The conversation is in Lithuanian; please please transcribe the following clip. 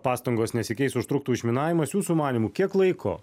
pastangos nesikeis užtruktų išminavimas jūsų manymu kiek laiko